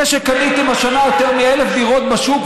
בזה שקניתם השנה יותר מ-1,000 דירות בשוק,